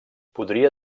podria